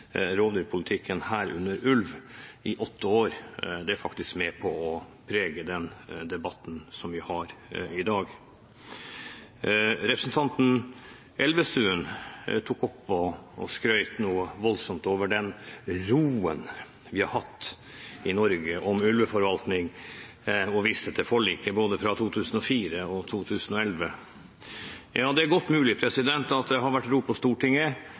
rovdyrpolitikken, herunder ulvepolitikken, er med på å prege den debatten som vi har i dag. Representanten Elvestuen tok opp og skrøt voldsomt over den roen vi har hatt i Norge om ulveforvaltning, og viste til forlikene fra både 2004 og 2011. Ja, det er godt mulig at det har vært ro på Stortinget,